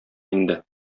инде